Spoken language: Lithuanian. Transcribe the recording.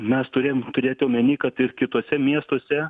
mes turėjom turėt omeny kad ir kituose miestuose